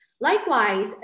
Likewise